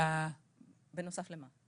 בנוסף למה?